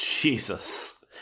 Jesus